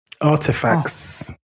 artifacts